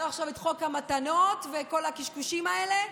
עכשיו את חוק המתנות וכל הקשקושים האלה,